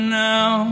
now